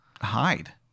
hide